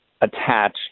attached